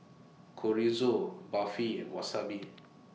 Chorizo Barfi Wasabi